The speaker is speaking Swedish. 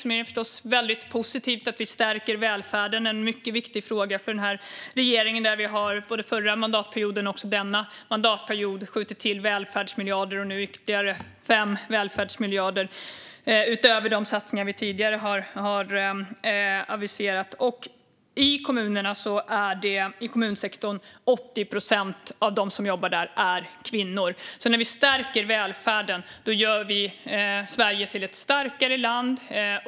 Det är förstås positivt att vi stärker välfärden, vilket är en viktig fråga för regeringen. Vi har under både den förra mandatperioden och denna mandatperiod skjutit till välfärdsmiljarder, och nu blir det ytterligare 5 välfärdsmiljarder utöver de satsningar vi tidigare har aviserat. Av dem som jobbar i kommunsektorn är 80 procent kvinnor, så när vi stärker välfärden gör vi Sverige till ett starkare land.